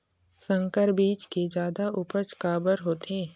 संकर बीज के जादा उपज काबर होथे?